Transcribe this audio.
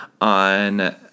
on